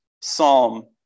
psalm